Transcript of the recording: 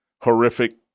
horrific